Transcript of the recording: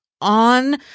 on